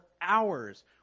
hours